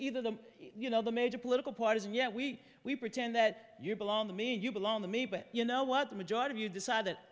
her the you know the major political parties and yet we we pretend that you belong to me you belong to me but you know what the majority of you decide that